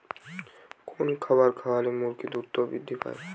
কোন খাবার খাওয়ালে মুরগি দ্রুত বৃদ্ধি পায়?